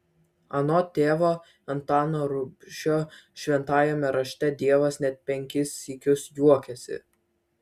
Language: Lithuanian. anot tėvo antano rubšio šventajame rašte dievas net penkis sykius juokiasi